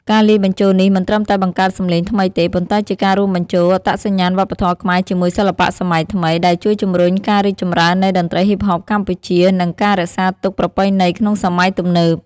ការលាយបញ្ចូលនេះមិនត្រឹមតែបង្កើតសម្លេងថ្មីទេ ប៉ុន្តែជាការរួមបញ្ចូលអត្តសញ្ញាណវប្បធម៌ខ្មែរជាមួយសិល្បៈសម័យថ្មី ដែលជួយជំរុញការរីកចម្រើននៃតន្ត្រីហ៊ីបហបកម្ពុជា និង ការរក្សាទុកប្រពៃណីក្នុងសម័យទំនើប។